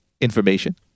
information